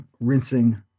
rinsing